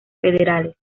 federales